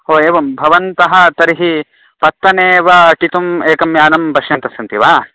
हो एवं भवन्तः तर्हि पत्तने एव अटितुम् एकं यानं पश्यन्तस्सन्ति वा